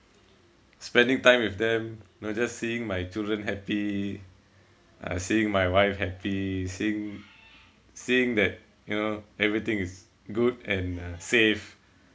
spending time with them you know just seeing my children happy seeing my wife happy seeing seeing that you know everything is good and uh safe